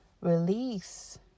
release